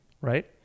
right